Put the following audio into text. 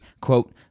quote